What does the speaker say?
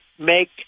Make